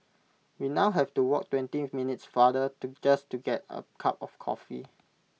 we now have to walk twenty minutes farther to just to get A cup of coffee